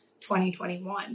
2021